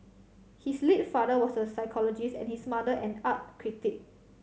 his late father was a psychologist and his mother an art critic